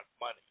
money